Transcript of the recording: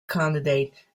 candidate